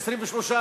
ואחוז האבטלה,